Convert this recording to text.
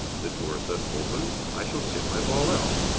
the door thus opened, i shall chip my ball out!